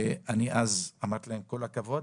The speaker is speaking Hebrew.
ואז אמרתי להם כל הכבוד,